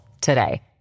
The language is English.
today